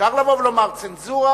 אפשר לבוא ולומר: צנזורה,